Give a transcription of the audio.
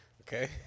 Okay